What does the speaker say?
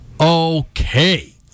Okay